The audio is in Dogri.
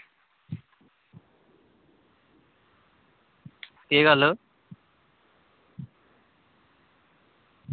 केह् गल्ल